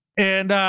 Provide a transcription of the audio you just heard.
and,